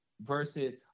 versus